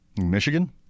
Michigan